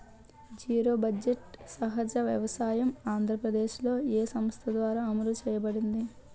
Zero budget సహజ వ్యవసాయం ఆంధ్రప్రదేశ్లో, ఏ సంస్థ ద్వారా అమలు చేయబడింది?